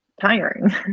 tiring